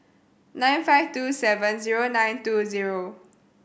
nine five two seven zero nine two zero